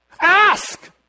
Ask